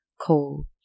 Cold